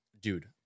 dude